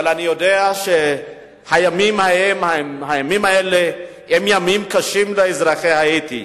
אבל אני יודע שהימים האלה הם ימים קשים לאזרחי האיטי.